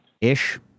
Ish